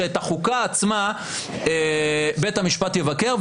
שאת החוקה עצמה בית המשפט יבקר.